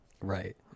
Right